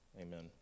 Amen